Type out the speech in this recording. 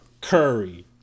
Curry